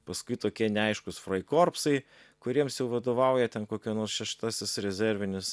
paskui tokie neaiškūs fraikorpsai kuriems jau vadovauja ten kokia nors šeštasis rezervinis